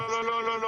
לא,